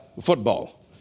football